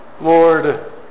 Lord